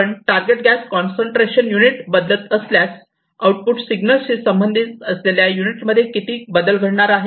आपण target gas concentration unit बदलत असल्यास आउटपुट सिग्नलशी संबंधित असलेल्या युनिटमध्ये किती बदल घडणार आहे